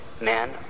Men